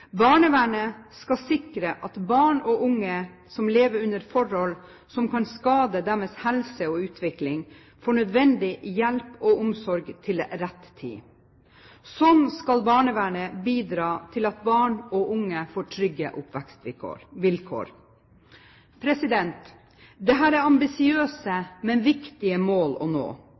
Barnevernet skal sikre at barn og unge som lever under forhold som kan skade deres helse og utvikling, får nødvendig hjelp og omsorg til rett tid. Slik skal barnevernet bidra til at barn og unge får trygge oppvekstvilkår. Dette er ambisiøse, men viktige, mål å nå.